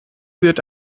wird